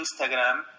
Instagram